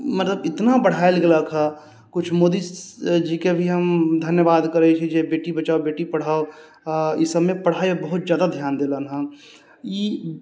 मतलब इतना बढ़ायल गेलक हँ कुछ मोदी जी के भी हम धन्यवाद करै छी जे बेटी बचाओ बेटी पढाओ ई सबमे पढाइ बहुत जादा ध्यान देलन हँ ई